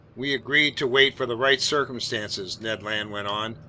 we agreed to wait for the right circumstances, ned land went on.